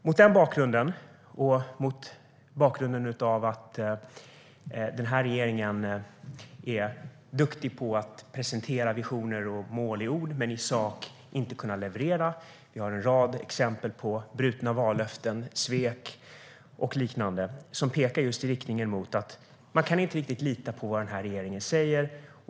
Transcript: Mot den bakgrunden och mot bakgrund av att den här regeringen är duktig på att presentera visioner och mål i ord men att i sak inte kunna leverera - vi har en rad exempel på brutna vallöften, svek och liknande - kan man inte riktigt lita på vad den här regeringen säger.